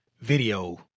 video